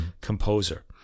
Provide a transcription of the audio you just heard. composer